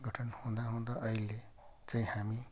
गठन हुँदा हुँदा अहिले चाहिँ हामी